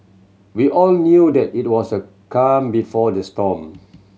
we all knew that it was a calm before the storm